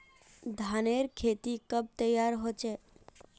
धानेर खेती कब तैयार होचे?